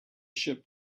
ship